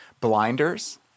Blinders